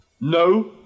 No